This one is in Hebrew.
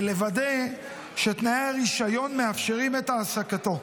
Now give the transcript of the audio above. ולוודא שתנאי הרישיון מאפשרים את העסקתו.